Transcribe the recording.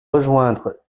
rejoindre